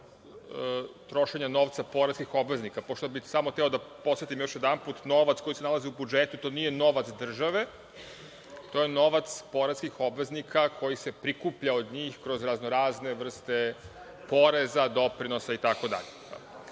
trošenja novca poreskih obveznika. Samo bih hteo da podsetim još jedanput, novac se nalazi u budžetu, to nije novac države, to je novac poreskih obveznika koji se prikuplja od njih kroz raznorazne vrste poreza, doprinosa itd. Ja